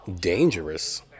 dangerous